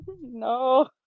No